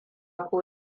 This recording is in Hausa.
ko